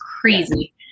crazy